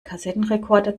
kassettenrekorder